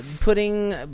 putting